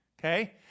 okay